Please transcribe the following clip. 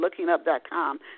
lookingup.com